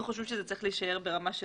אנחנו חושבים שזה צריך להישאר ברמה של